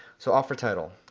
so offer title,